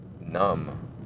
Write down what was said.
numb